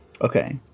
Okay